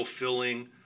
fulfilling